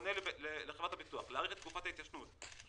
פונה לחברת הביטוח להאריך את ההתיישנות כי